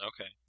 Okay